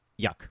Yuck